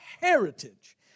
heritage